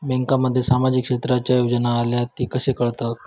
बँकांमध्ये सामाजिक क्षेत्रांच्या योजना आल्या की कसे कळतत?